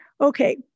okay